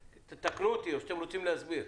תתקנו אותי, או שאתם רוצים להסביר.